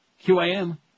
Q-A-M